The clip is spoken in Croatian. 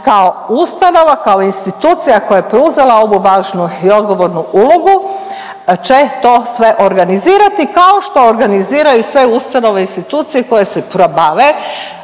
kao ustanova, kao institucija koja je preuzela ovu važnu i odgovornu ulogu će to sve organizirati kao što organiziraju sve ustanove, institucije koje se probave